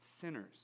sinners